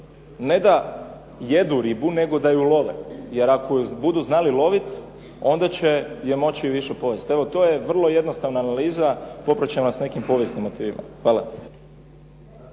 ne da jedu ribu nego da ju love, jer ako ju budu znali loviti onda će je moći i više pojesti. Evo to je vrlo jednostavna analiza popraćena sa nekim povijesnim motivima. Hvala.